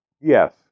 Yes